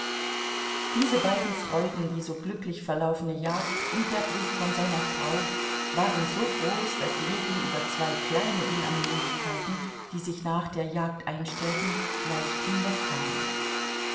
diese beiden freuden die so glücklich verlaufene jagd und der brief von seiner frau waren so groß daß ljewin über zwei kleine unannehmlichkeiten die sich nach der jagd einstellten leicht hinwegkam